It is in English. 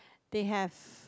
they have